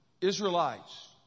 Israelites